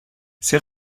ses